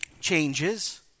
changes